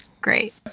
great